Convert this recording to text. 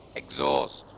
exhaust